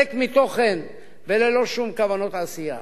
ריק מתוכן וללא שום כוונות עשייה.